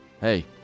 hey